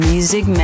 Music